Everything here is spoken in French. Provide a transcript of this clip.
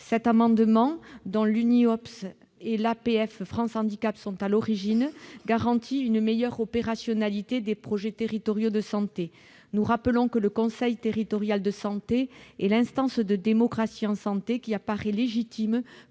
sanitaires et sociaux, et l'APF France handicap sont à l'origine, vise à garantir une meilleure opérationnalité des projets territoriaux de santé. Nous rappelons que le conseil territorial de santé est l'instance de démocratie en santé qui paraît légitime